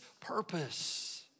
purpose